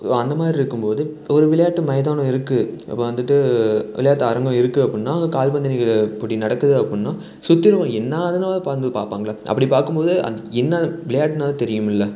அந்தமாதிரி இருக்கும்போது ஒரு விளையாட்டு மைதானம் இருக்குது இப்போ வந்துட்டு விளையாட்டு அரங்கம் இருக்குது அப்புடின்னா அங்கே கால்பந்து நிக இப்படி நடக்குது அப்புடின்னா சுற்றிலும் அது என்னாதான்னு வந்து பார்ப்பாங்கள்ல அப்படி பார்க்கும்போது அது என்ன விளையாட்டுனாவது தெரியுமில்ல